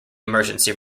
emergency